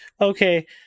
Okay